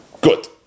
good